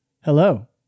Hello